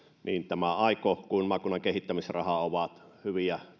niin tämä aiko kuin myös maakunnan kehittämisraha ovat hyviä